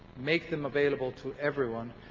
make them available to everyone,